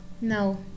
no